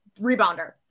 rebounder